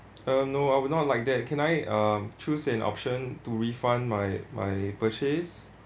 uh no I would not like that can I uh choose an option to refund my my purchase